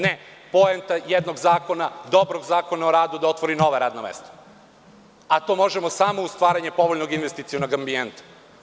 Ne, poenta jednog zakona, dobrog Zakona o radu je da otvori nova radna mesta, a to možemo samo uz stvaranje povoljnog investicionog ambijenta.